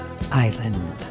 Island